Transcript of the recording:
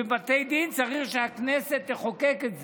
בבתי דין, צריך שהכנסת תחוקק את זה.